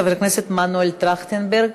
חבר הכנסת מנואל טרכטנברג,